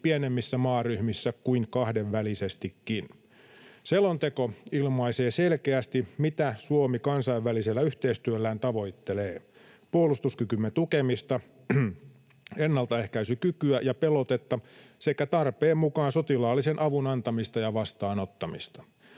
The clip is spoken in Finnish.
pienemmissä maaryhmissä kuin kahdenvälisestikin. Selonteko ilmaisee selkeästi, mitä Suomi kansainvälisellä yhteistyöllään tavoittelee: puolustuskykymme tukemista, ennaltaehkäisykykyä ja pelotetta sekä tarpeen mukaan sotilaallisen avun antamista ja vastaanottamista.